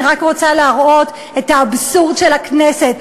אני רק רוצה להראות את האבסורד של הכנסת.